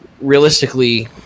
realistically